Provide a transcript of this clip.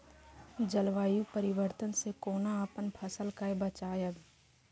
जलवायु परिवर्तन से कोना अपन फसल कै बचायब?